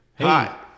Hi